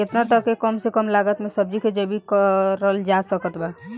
केतना तक के कम से कम लागत मे सब्जी के जैविक खेती करल जा सकत बा?